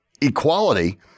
equality